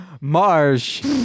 marsh